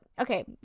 Okay